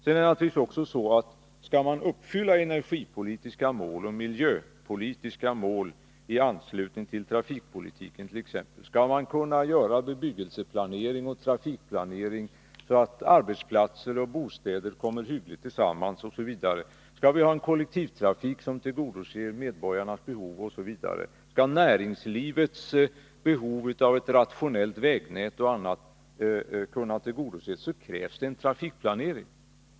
Det är naturligtvis också på det sättet, att skall man uppfylla energipolitiska mål och miljöpolitiska mål i anslutning till trafikpolitiken, skall man kunna genomföra bebyggelseplanering och trafikplanering så, att arbetsplatser och bostäder kommer hyggligt tillsammans, skall vi ha en kollektivtrafik som tillgodoser medborgarnas behov och skall näringslivets behov av ett rationellt vägnät m.m. kunna tillgodoses, krävs det en trafikplanering.